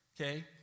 okay